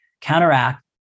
counteract